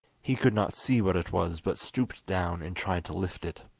he could not see what it was, but stooped down and tried to lift it.